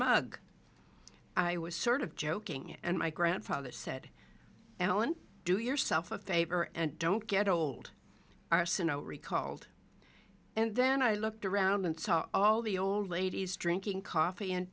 mug i was sort of joking and my grandfather said ellen do yourself a favor and don't get old arsenault recalled and then i looked around and saw all the old ladies drinking coffee and